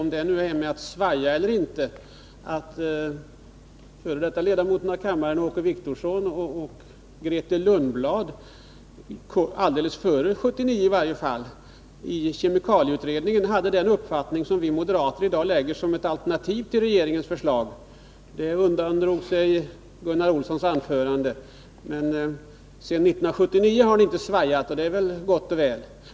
Om det nu är att svaja eller inte att Grethe Lundblad och f. d. ledamoten av kammaren Åke Wictorsson alldeles före 1979, i varje fall, i kemikalieutredningen hade den uppfattning som vi moderater i dag för fram som ett alternativ till regeringens förslag — det framgick inte av Gunnar Olssons anförande. Efter 1979 har ni inte svajat, och det är väl gott och väl.